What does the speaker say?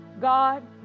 God